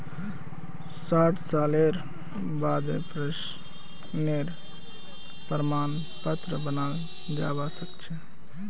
साठ सालेर बादें पेंशनेर प्रमाण पत्र बनाल जाबा सखछे